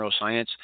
neuroscience